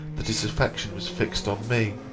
that his attention was fixed on me.